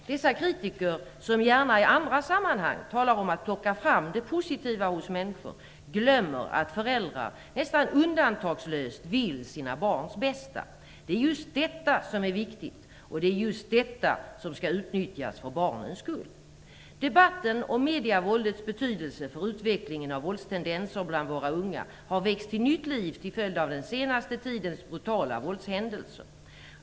Dessa kritiker, som gärna i andra sammanhang talar om att plocka fram det positiva hos människor, glömmer att föräldrar nästan undantagslöst vill sina barns bästa. Det är just detta som är viktigt, och det är just detta som skall utnyttjas för barnens skull. Debatten om medievåldets betydelse för utvecklingen av våldstendenser bland våra unga har väckts till nytt liv till följd av den senaste tidens brutala våldshändelser.